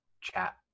chat